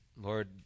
Lord